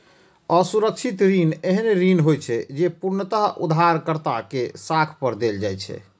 असुरक्षित ऋण एहन ऋण होइ छै, जे पूर्णतः उधारकर्ता के साख पर देल जाइ छै